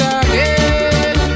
again